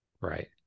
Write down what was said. right